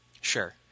Sure